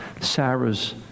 Sarah's